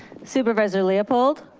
supervisor leopold?